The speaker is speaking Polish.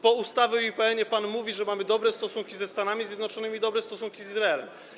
Po ustawie o IPN-ie pan mówi, że mamy dobre stosunki ze Stanami Zjednoczonymi i dobre stosunki z Izraelem.